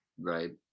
Right